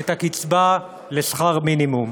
את הקצבה לשכר המינימום.